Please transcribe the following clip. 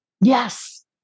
Yes